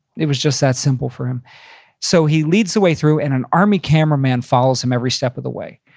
it was just that simple for him so he leads the way through and an army cameraman follows him every step of the way.